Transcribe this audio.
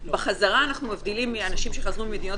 בחזרה אנחנו מבדילים מאנשים שחזרו ממדינות